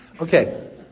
okay